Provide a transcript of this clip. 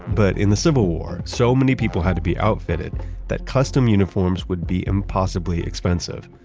but in the civil war, so many people had to be outfitted that custom uniforms would be impossibly expensive,